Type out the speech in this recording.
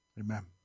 Amen